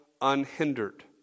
unhindered